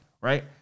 Right